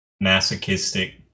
masochistic